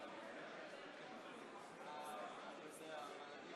אני אומר: גדולה מהחיים,